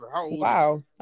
Wow